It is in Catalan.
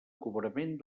cobrament